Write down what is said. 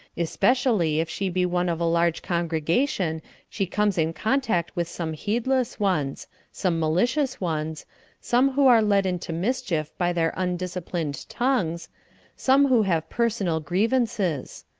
especially if she be one of a large congregation she comes in contact with some heedless ones some malicious ones some who are led into mischief by their undisciplined tongues some who have personal grievances.